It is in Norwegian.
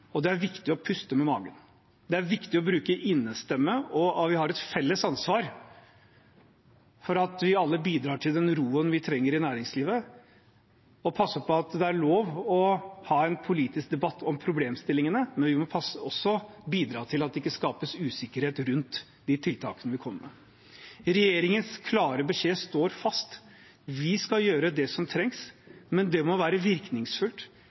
og det er viktig å puste med magen. Det er viktig å bruke innestemme, og vi har et felles ansvar for at vi alle bidrar til den roen vi trenger i næringslivet, og passe på at det er lov å ha en politisk debatt om problemstillingene, men vi må også bidra til at det ikke skapes usikkerhet rundt de tiltakene vi kommer med. Regjeringens klare beskjed står fast: Vi skal gjøre det som trengs, men det må være virkningsfullt.